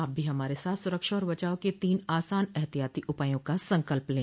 आप भी हमारे साथ सुरक्षा और बचाव के तीन आसान एहतियाती उपायों का संकल्प लें